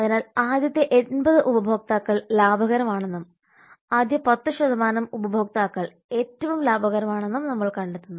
അതിനാൽ ആദ്യത്തെ 80 ഉപഭോക്താക്കൾ ലാഭകരമാണെന്നും ആദ്യ 10 ഉപഭോക്താക്കൾ ഏറ്റവും ലാഭകരമാണെന്നും നമ്മൾ കണ്ടെത്തുന്നു